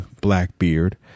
Blackbeard